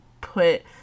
put